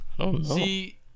See